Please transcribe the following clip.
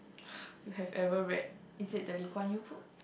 you have ever read is it the Lee-Kuan-Yew book